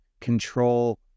control